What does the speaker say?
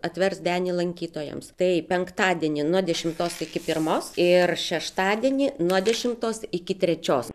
atvers denį lankytojams tai penktadienį nuo dešimtos iki pirmos ir šeštadienį nuo dešimtos iki trečios